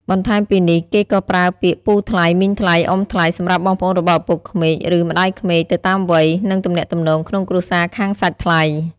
បន្ថែមពីនេះ គេក៏ប្រើពាក្យ ពូថ្លៃ មីងថ្លៃ អ៊ំថ្លៃ សម្រាប់បងប្អូនរបស់ឪពុកក្មេក ឬម្ដាយក្មេក ទៅតាមវ័យ និងទំនាក់ទំនងក្នុងគ្រួសារខាងសាច់ថ្លៃ។